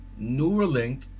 Neuralink